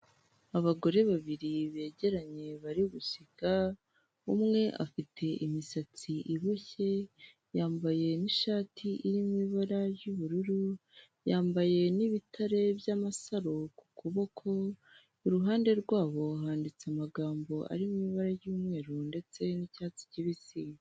Abagore babiri begeranye bari gusiga, umwe afite imisatsi iboshye yambaye n'ishati iri mu ibara ry'ubururu, yambaye n'ibitare by'amasaro ku kuboko. Iruhande rw'abo handitse amagambo ari mu ibara ry'umweru ndetse n'icyatsi kibisi.